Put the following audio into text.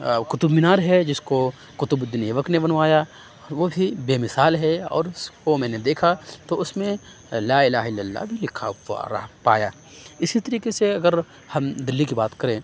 قطب مینار ہے جس کو قطب الدین ایبک نے بنوایا وہ بھی بے مثال ہے اور اِس کو میں نے دیکھا تو اُس میں لا الہٰ الا اللہ بھی لکھا ہُوا آ رہا پایا اسِی طریقے سے اگر ہم دلّی کی بات کریں